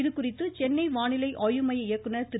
இது குறித்து சென்னை வானிலை ஆய்வு மைய இயக்குனர் திரு